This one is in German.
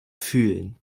fühlen